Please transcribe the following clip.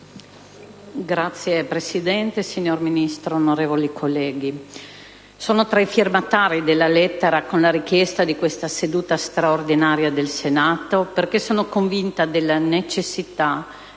Signora Presidente, signor Ministro, onorevoli colleghi, io sono tra i firmatari della lettera con la richiesta di questa seduta straordinaria del Senato, perché sono convinta della necessità di